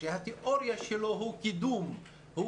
שהתיאוריה שלו היא קידום,